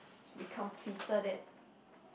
we completed it